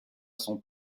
son